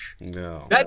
No